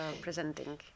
presenting